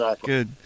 good